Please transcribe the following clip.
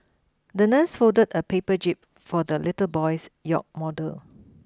the nurse folded a paper jib for the little boy's yacht model